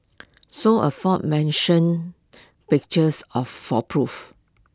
saw aforementioned pictures of for proof